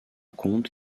conte